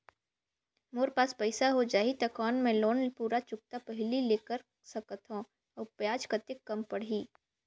मोर पास पईसा हो जाही त कौन मैं लोन पूरा चुकता पहली ले कर सकथव अउ ब्याज कतेक कम पड़ही?